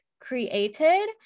created